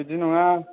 बिदि नङा